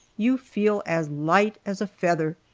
you feel as light as a feather,